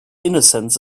innocence